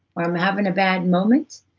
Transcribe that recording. when i'm having a bad moment,